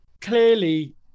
clearly